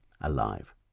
alive